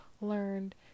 learned